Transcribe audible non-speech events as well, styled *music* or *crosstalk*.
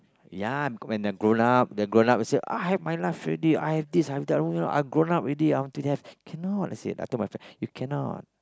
ya when they grown up the grown up say I have my life already I have this I have that *noise* I grown up already I want to have cannot I said I told my friend you cannot